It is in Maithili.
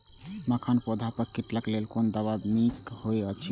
मखानक पौधा पर कीटक लेल कोन दवा निक होयत अछि?